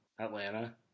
Atlanta